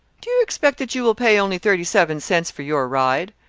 do you expect that you will pay only thirty-seven cents for your ride?